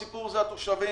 הסיפור זה התושבים.